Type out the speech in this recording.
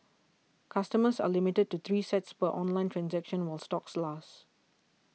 customers are limited to three sets per online transaction while stocks last